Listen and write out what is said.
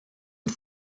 une